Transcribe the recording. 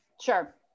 Sure